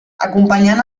acompanyant